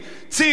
ציפי,